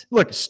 Look